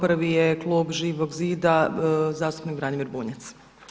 Prvi je klub Živog zida, zastupnik Branimir Bunjac.